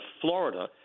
Florida